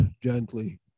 gently